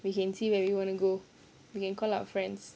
we can see where you wanna go we can call our friends